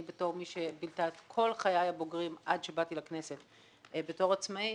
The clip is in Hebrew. אני כמי שבילתה את כל חיי הבוגרים עד שבאתי לכנסת בתור עצמאית,